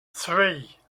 three